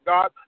God